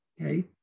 okay